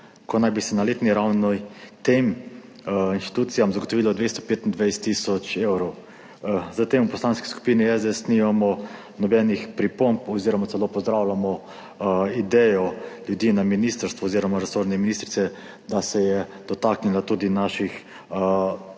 ko naj bi se na letni ravni tem institucijam zagotovilo 225 tisoč evrov. S tem v Poslanski skupini SDS nimamo nobenih pripomb oziroma celo pozdravljamo idejo ljudi na ministrstvu oziroma resorne ministrice, da se je dotaknila tudi naših